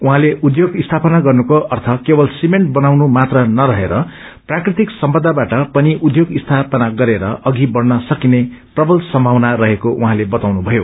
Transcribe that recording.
उाहाँले उध्योग स्यापना गर्नुछो अर्य केवल सिमेण्ट बनाउनु मात्र नरहेर प्राकृतिक सम्पदाबाट पनि उध्योग स्थापना गरेर अघि बढन सकिने प्रक्ल सम्थावना रहेको उहैँले बताउनुभयो